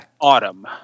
Autumn